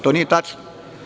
To nije tačno.